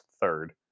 third